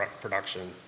production